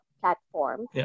platform